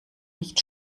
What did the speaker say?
nicht